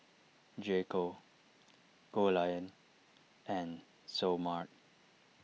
J Co Goldlion and Seoul Mart